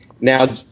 Now